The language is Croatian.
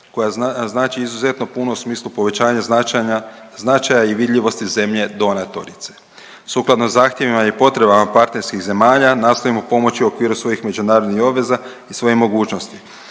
koja znači izuzetno puno u smislu povećanja značenja, značaja i vidljivosti zemlje donatorice. Sukladno zahtjevima i potrebama partnerskih zemalja nastojimo pomoći u okviru svojih međunarodnih obveza i svojih mogućnosti.